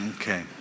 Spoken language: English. Okay